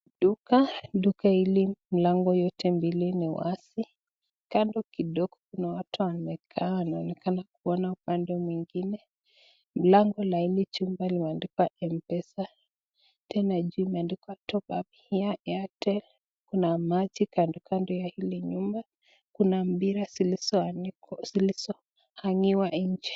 Duka hili mlango yote mbili ni wazi, kando kidogo kuna watu wamekaa wanaonekana kuona upande mwingine. Mlango la hili jumba limeandikwa mpesa tena juu imeandikwa top up here Airtel . Kuna maji kando kando ya hili nyumba. Kuna mpira zilizo hang'iwa nje.